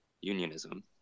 unionism